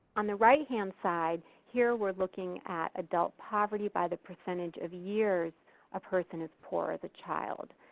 on the right-hand side, here were looking at adult poverty by the percentage of years a person is poor as a child.